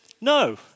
no